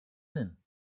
hin